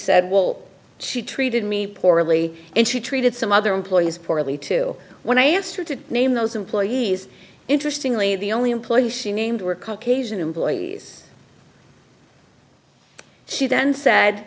said well she treated me poorly and she treated some other employees poorly too when i asked her to name those employees interestingly the only employee she named were called kazan employees she then said